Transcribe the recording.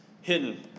hidden